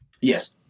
Yes